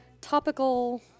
topical